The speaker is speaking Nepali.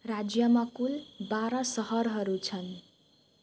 राज्यमा कुल बाह्र सहरहरू छन्